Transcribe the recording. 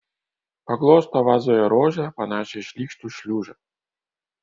paglosto vazoje rožę panašią į šlykštų šliužą